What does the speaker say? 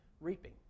reaping